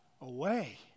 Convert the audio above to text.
away